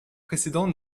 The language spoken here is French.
précédents